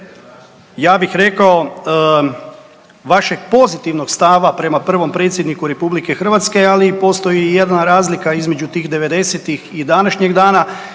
ja bih rekao vašeg pozitivnog stava prema prvom predsjedniku RH, ali postoji i jedna razlika između tih '90.-tih i današnjeg dana,